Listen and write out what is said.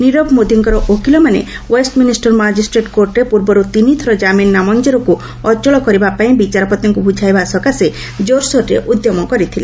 ନିରବ ମୋଦିଙ୍କର ଓକିଲମାନେ Westminster magistrate କୋର୍ଟ୍ର ପୂର୍ବରୁ ତିନି ଥର କାମିନ୍ ନାମଞ୍ଜୁରକୁ ଅଚଳ କରିବା ପାଇଁ ବିଚାରପତିଙ୍କୁ ବୁଝାଇବା ସକାଶେ ଜୋରସୋରରେ ଉଦ୍ୟମ କରିଥିଲେ